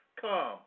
come